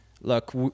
look